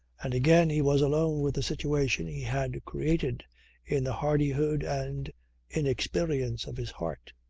and again he was alone with the situation he had created in the hardihood and inexperience of his heart.